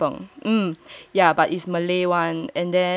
mm yeah but it's Malay [one]